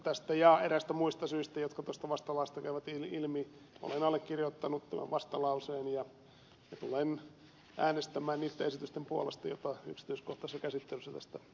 tästä ja eräistä muista syistä jotka vastalauseesta käyvät ilmi olen allekirjoittanut vastalauseen ja tulen äänestämään niitten esitysten puolesta jotka yksityiskohtaisessa käsittelyssä tästä asiasta tulemme tekemään